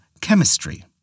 chemistry